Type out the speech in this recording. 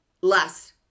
less